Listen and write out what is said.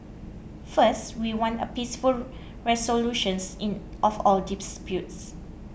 first we want a peaceful resolutions in of all disputes